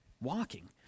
walking